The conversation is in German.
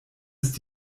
ist